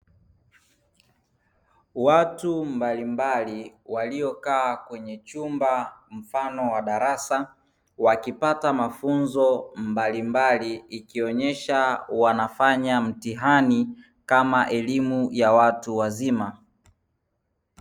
Watu mbalimbali waliokaa kwenye chumba mfano wa darasa wakipata mafunzo mbalimbali, ikionyesha wanafanya mtihani kama elimu ya watu wazima.